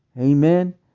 Amen